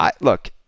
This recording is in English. look